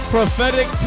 Prophetic